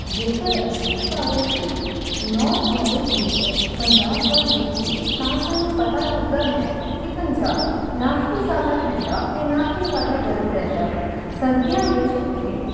ਜੇਕਰ ਅਸੀਂ ਭਾਰਤ ਦੇ ਨੌਰਥ ਵਾਲੇ ਖੇਤਰ ਪੰਜਾਬ ਵੱਲ ਦੇਖੀਏ ਤਾਂ ਸਾਨੂੰ ਪਤਾ ਲੱਗਦਾ ਹੈ ਕਿ ਪੰਜਾਬ ਨਾ ਹੀ ਜ਼ਿਆਦਾ ਠੰਡਾ ਅਤੇ ਨਾ ਹੀ ਜ਼ਿਆਦਾ ਗਰਮ ਰਹਿੰਦਾ ਹੈ ਸਰਦੀਆਂ ਵਿੱਚ ਉੱਥੇ